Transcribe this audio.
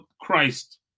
Christ